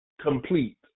complete